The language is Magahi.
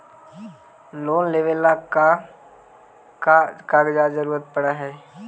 लोन लेवेला का का कागजात जरूरत पड़ हइ?